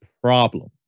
problem